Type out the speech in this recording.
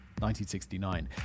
1969